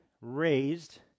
raised